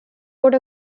road